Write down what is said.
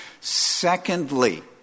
Secondly